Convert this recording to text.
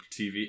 TV